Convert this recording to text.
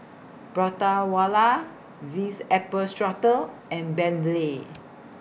Prata Wala This Apple Strudel and Bentley